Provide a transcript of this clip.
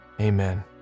amen